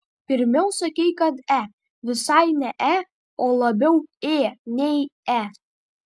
pirmiau sakei kad e visai ne e o labiau ė nei e